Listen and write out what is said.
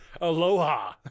Aloha